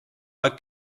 aeg